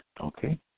Okay